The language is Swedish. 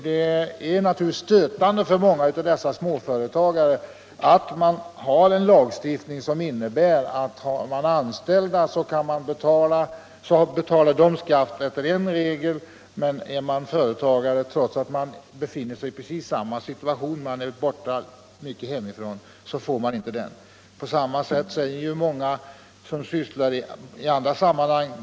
Det är naturligtvis stötande för många av dessa småföretagare att lagstiftningen innebär att de anställda får göra schablonavdrag vid beskattningen medan en företagare, trots att han befinner sig i precis samma situation och är borta mycket hemifrån, inte får göra det. På liknande sätt förhåller det sig i många andra sammanhang.